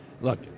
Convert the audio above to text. look